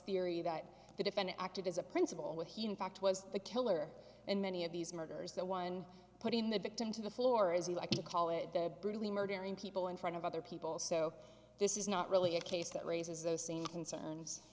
theory that the defendant acted as a principal what he in fact was the killer in many of these murders the one putting the victim to the floor as you like to call it the brutally murdering people in front of other people so this is not really a case that raises the same concerns